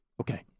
Okay